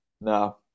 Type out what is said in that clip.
no